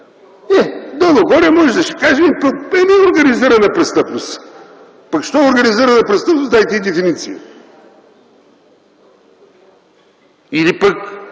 Е, долу-горе може да се каже – организирана престъпност. Пък що е организирана престъпност – дайте й дефиниция! Или пък